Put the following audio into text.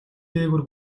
дээгүүр